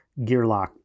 Gearlock